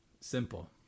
simple